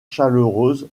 chaleureuse